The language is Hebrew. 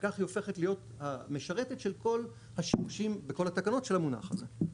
וכך היא הופכת להיות המשרתת של כל השימושים בכל התקנות של המונח הזה.